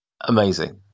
amazing